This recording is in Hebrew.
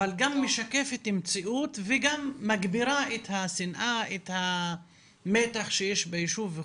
אבל גם משקפת מציאות וגם מגבירה את השנאה ואת המתח שיש ביישוב.